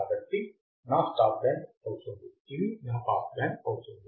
కాబట్టి ఇది నా స్టాప్ బ్యాండ్ అవుతుంది ఇది నా పాస్ బ్యాండ్ అవుతుంది